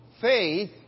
faith